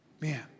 Man